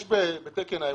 יש בתקן האירופאי,